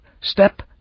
Step